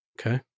Okay